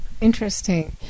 Interesting